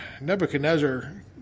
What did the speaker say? Nebuchadnezzar